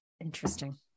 interesting